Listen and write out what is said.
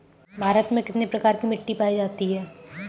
भारत में कितने प्रकार की मिट्टी पायी जाती है?